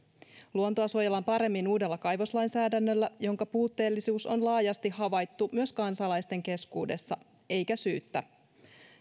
luontoa suojellaan paremmin uudella kaivoslainsäädännöllä jonka puutteellisuus on laajasti havaittu myös kansalaisten keskuudessa eikä syyttä